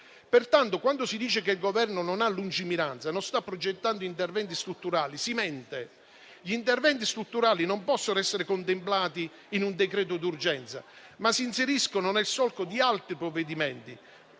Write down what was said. Pertanto, quando si dice che il Governo non ha lungimiranza e non sta progettando interventi strutturali, si mente. Gli interventi strutturali non possono essere contemplati in un decreto d'urgenza, ma si inseriscono nel solco di altri provvedimenti